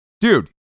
dude